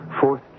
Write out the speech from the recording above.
fourth